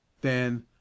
Then